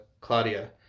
Claudia